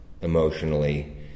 emotionally